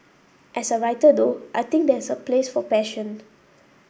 as a writer though I think there is a place for passion